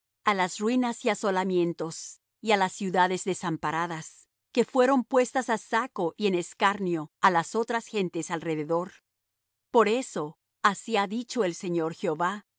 á las ruinas y asolamientos y á las ciudades desamparadas que fueron puestas á saco y en escarnio á las otras gentes alrededor por eso así ha dicho el señor jehová